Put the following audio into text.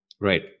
Right